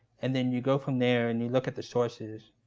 and then you go from there, and you look at the sources,